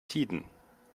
tiden